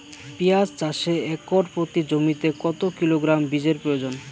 পেঁয়াজ চাষে একর প্রতি জমিতে কত কিলোগ্রাম বীজের প্রয়োজন?